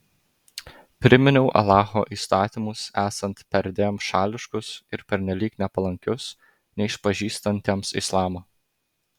priminiau alacho įstatymus esant perdėm šališkus ir pernelyg nepalankius neišpažįstantiems islamo